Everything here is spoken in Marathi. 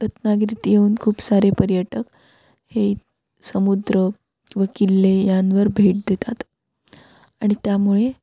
रत्नागिरीत येऊन खूप सारे पर्यटक हे समुद्र व किल्ले यांवर भेट देतात आणि त्यामुळे